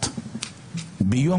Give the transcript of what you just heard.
אנחנו